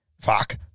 fuck